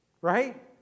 right